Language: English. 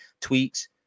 tweaks